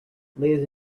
ladies